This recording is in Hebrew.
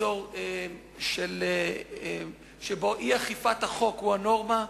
אזור שבו אי-אכיפת החוק היא הנורמה.